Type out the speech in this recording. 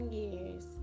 years